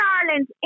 Ireland